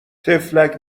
طفلک